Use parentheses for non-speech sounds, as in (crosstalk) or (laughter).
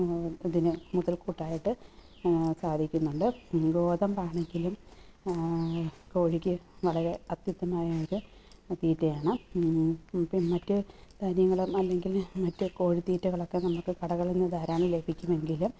ഇതിന് മുതൽക്കൂട്ടായിട്ട് സാധിക്കുന്നുണ്ട് ഗോതമ്പാണെങ്കിലും കോഴിക്ക് വളരെ അത്യുത്തമമായ ഒരു തീറ്റയാണ് (unintelligible) മറ്റു ധാന്യങ്ങളോ അല്ലെങ്കിൽ മറ്റു കോഴിത്തീറ്റകളൊക്കെ നമുക്ക് കടകളിൽനിന്ന് ധാരാളം ലഭിക്കുമെങ്കിലും